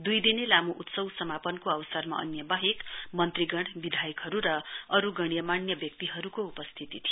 दुई दिनेलामो उत्सव समापनको अवसरमा अन्य वाहेक मन्त्रीगणा विधायकहरु र अरु गण्यमाण्य व्यक्तिहरुको उपस्थिती थियो